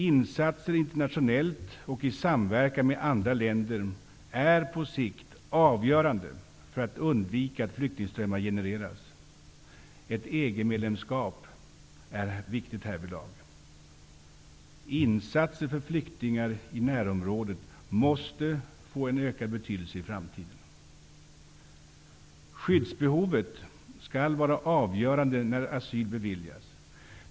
Insatser internationellt och i samverkan med andra länder är på sikt avgörande för att man skall kunna undvika att flyktingströmmar genereras. Ett EG-medlemskap är viktigt härvidlag. Insatser för flyktingar i närområdet måste få en ökad betydelse i framtiden. Skyddsbehovet skall vara avgörande när asyl beviljas.